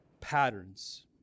patterns